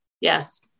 Yes